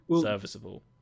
Serviceable